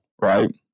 Right